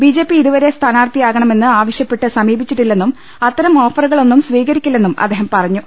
BJP ഇതുവരെ സ്ഥാനാർത്ഥിയാകണമെന്നാവശ്യപ്പെട്ട് സമീപിച്ചിട്ടില്ലെന്നും അത്തരം ഓഫറുകളൊന്നും സ്വീകരിക്കില്ലെന്നും അദ്ദേഹം പറഞ്ഞു